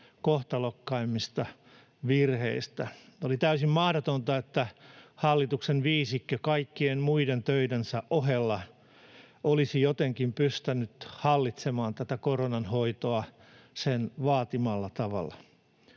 kohtalokkaimmista virheistä. Oli täysin mahdotonta, että hallituksen viisikko kaikkien muiden töidensä ohella olisi jotenkin pystynyt hallitsemaan tätä koronanhoitoa sen vaatimalla tavalla.